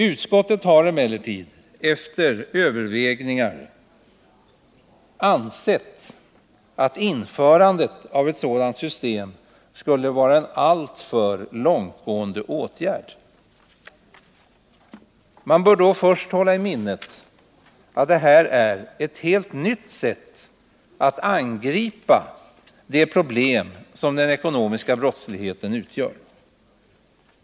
Utskottet har emellertid efter överväganden ansett att införandet av ett sådant system skulle vara en alltför långtgående åtgärd. Man bör då först hålla i minnet att det här är ett helt nytt sätt att angripa det problem som den ekonomiska brottsligheten utgör.